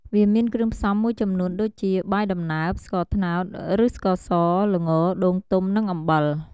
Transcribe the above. វាមានគ្រឿងផ្សំមួយចំនួនដូចជា បាយដំណើប ស្ករត្នោតឬស្ករស ល្ង ដូងទុំ និងអំបិល។